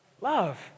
Love